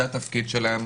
זה תפקידם,